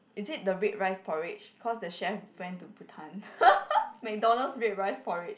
is it the red rice porridge cause the chef went to Bhutan McDonald's red rice porridge